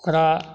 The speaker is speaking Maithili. ओकरा